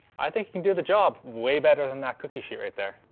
i think it can do the job way better than that cookie sheet right there.